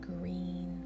green